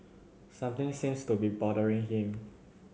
something seems to be bothering him